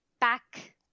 back